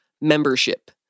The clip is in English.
membership